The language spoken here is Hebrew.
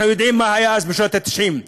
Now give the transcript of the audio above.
אנחנו יודעים מה היה אז בשנות ה-90,